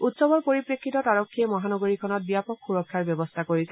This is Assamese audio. উৎসৱৰ পৰিপ্ৰেক্ষিতত আৰক্ষীয়ে মহানগৰীখনত ব্যাপক সুৰক্ষাৰ ব্যৱস্থা কৰিছে